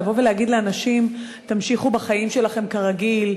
להגיד לאנשים: תמשיכו בחיים שלכם כרגיל,